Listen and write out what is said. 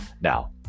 Now